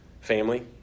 family